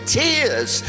tears